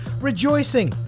rejoicing